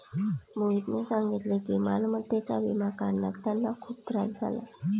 मोहितने सांगितले की मालमत्तेचा विमा काढण्यात त्यांना खूप त्रास झाला